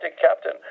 captain